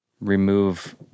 remove